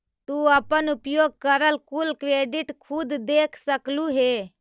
तू अपन उपयोग करल कुल क्रेडिट खुद देख सकलू हे